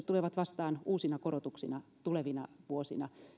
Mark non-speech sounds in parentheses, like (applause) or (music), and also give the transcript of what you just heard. (unintelligible) tulevat vastaan uusina korotuksina tulevina vuosina